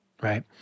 right